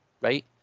right